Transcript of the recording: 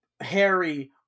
Harry